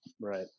Right